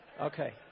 Okay